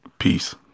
peace